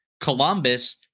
Columbus